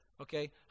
okay